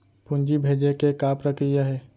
पूंजी भेजे के का प्रक्रिया हे?